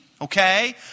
okay